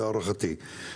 להערכתי.